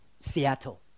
Seattle